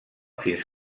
fins